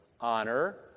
honor